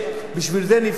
בשביל זה נבחרנו,